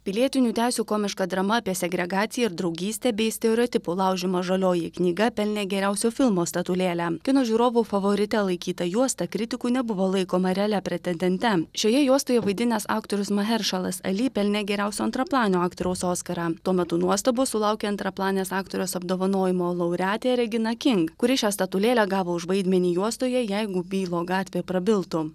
pilietinių teisių komiška drama apie segregaciją ir draugystę bei stereotipų laužymą žalioji knyga pelnė geriausio filmo statulėlę kino žiūrovų favorite laikyta juosta kritikų nebuvo laikoma realia pretendente šioje juostoje vaidinęs aktorius maheršalas ali pelnė geriausio antraplanio aktoriaus oskarą tuo metu nuostabos sulaukė antraplanės aktorės apdovanojimo laureatė regina king kuri šią statulėlę gavo už vaidmenį juostoje jeigu bylo gatvė prabiltų